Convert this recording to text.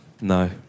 No